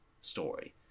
story